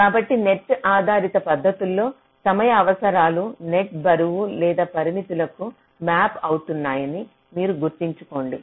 కాబట్టి నెట్ ఆధారిత పద్ధతుల్లో సమయ అవసరాలు నెట్ బరువు లేదా పరిమితులకు మ్యాప్ అవుతున్నాయని మీరు గుర్తుంచుకోండి